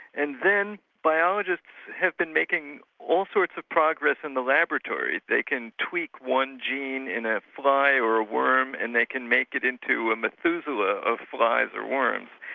and then biologists have been making all sorts of progress in the laboratories. they can tweak one gene in a fly or a worm and they can make it into a methuselah of flies or worms.